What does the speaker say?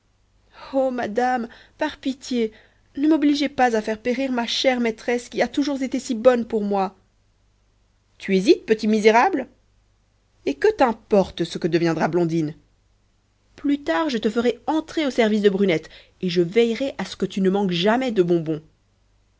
oh madame par pitié ne m'obligez pas à faire périr ma chère maîtresse qui a toujours été si bonne pour moi tu hésites petit misérable et que t'importe ce que deviendra blondine plus tard je te ferai entrer au service de brunette et je veillerai à ce que tu ne manques jamais de bonbons